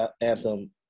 anthem